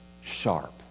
sharp